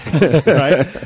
right